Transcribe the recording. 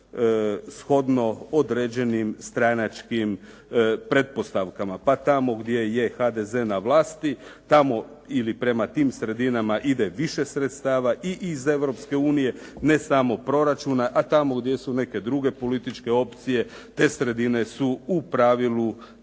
shodno određenim stranačkim pretpostavkama. Pa tamo gdje je HDZ na vlasti tamo ili prema tim sredinama ide više sredstava i iz Europske unije, ne samo proračuna, a tamo gdje su neke druge političke opcije, te sredine su u pravilu